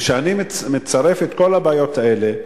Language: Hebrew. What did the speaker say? וכשאני מצרף את כל הבעיות האלה,